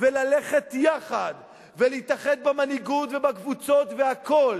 וללכת יחד ולהתאחד במנהיגות ובקבוצות והכול,